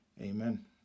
Amen